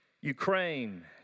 Ukraine